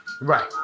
Right